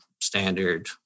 standard